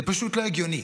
זה פשוט לא הגיוני.